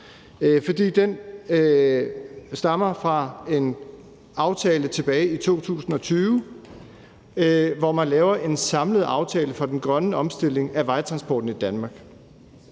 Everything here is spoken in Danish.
Den stammer fra en aftale tilbage i 2020, hvor man laver en samlet aftale for den grønne omstilling af vejtransporten i Danmark,